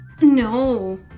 No